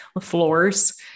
floors